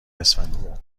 اسفندیار